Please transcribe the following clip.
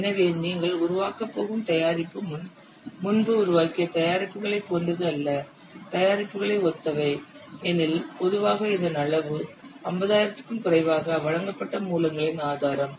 எனவே நீங்கள் உருவாக்கப் போகும் தயாரிப்பு முன்பு உருவாக்கிய தயாரிப்புகளைப் போன்றது அல்லது தயாரிப்புகளை ஒத்தவை எனில் பொதுவாக இதன் அளவு 50000 க்கும் குறைவாக வழங்கப்பட்ட மூலங்களின் ஆதாரம்